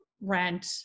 rent